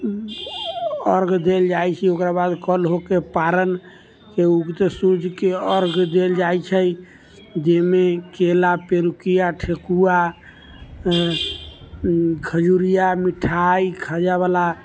अर्घ देल जाइ छै ओकर बाद कल होकर पारन उगते सूर्यके अर्घ देल जाइ छै जेहिमे केला पिरुकिया ठेकुआ खजूरि आओर मिठाइ खाजावला